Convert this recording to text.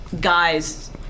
guys